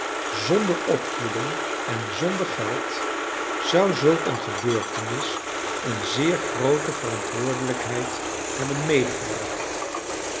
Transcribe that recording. zonder opvoeding en zonder geld zou zulk een gebeurtenis een zeer groote verantwoordelijkheid hebben